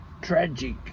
tragic